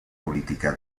politica